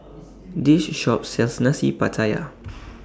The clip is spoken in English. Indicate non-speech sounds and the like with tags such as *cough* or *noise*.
*noise* This Shop sells Nasi Pattaya *noise*